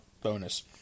bonus